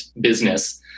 business